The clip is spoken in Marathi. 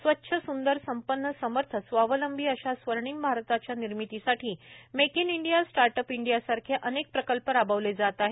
स्वच्छ सुंदर संपन्न समर्थ स्वावलंबी अशा स्वर्णीम भारताच्या निर्मितीसाठी make in India start up इंडियासारखे अनेक प्रकल्प राबवले जात आहेत